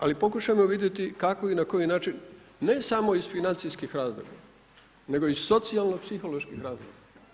Ali pokušajmo vidjeti kako i na koji način ne samo iz financijskih razloga nego i socijalno-psiholoških razloga.